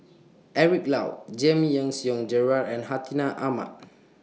Eric Low Giam Yean Song Gerald and Hartinah Ahmad